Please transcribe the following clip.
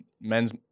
men's